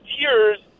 tears